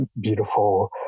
beautiful